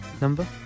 number